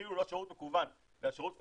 אפילו לא שירות מקוון אלא שירות פרונטלי,